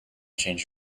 change